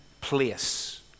place